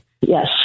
yes